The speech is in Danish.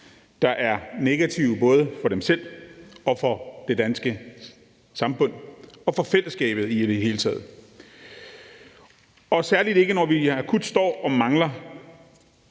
der er negative både for dem selv, for det danske samfund og for fællesskabet i det hele taget. Særlig når vi akut står og mangler